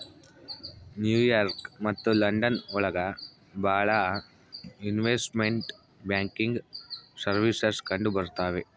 new York ಮತ್ತು London ಒಳಗ ಭಾಳ ಇನ್ವೆಸ್ಟ್ಮೆಂಟ್ ಬ್ಯಾಂಕಿಂಗ್ ಸರ್ವೀಸಸ್ ಕಂಡುಬರ್ತವೆ